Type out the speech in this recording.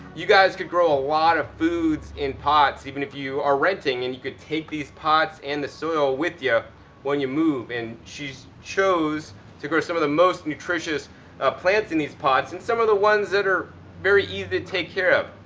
you guys could grow a lot of foods in pots even if you are renting, and you could take these pots and the soil with you when you move. and she's chosen to grow some of the most nutritious plants in these pots and some of the ones that are very easy to take care of,